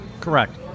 Correct